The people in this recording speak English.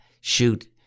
shoot